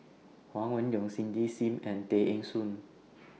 Huang Wenhong Cindy SIM and Tay Eng Soon